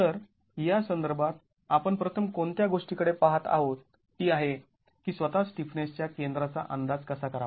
तर या संदर्भात आपण प्रथम कोणत्या गोष्टीकडे पाहत आहोत ती आहे की स्वतः स्टिफनेसच्या केंद्राचा अंदाज कसा करावा